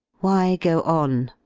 why go on?